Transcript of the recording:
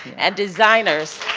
and designers